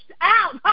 out